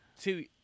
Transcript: two